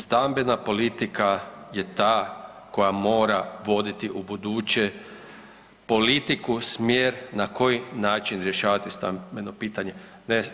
Stambena politika je ta koja mora voditi ubuduće politiku, smjer na koji način rješavati stambeno pitanje ne